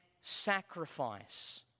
sacrifice